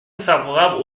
défavorable